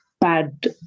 bad